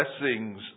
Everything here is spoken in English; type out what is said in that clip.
blessings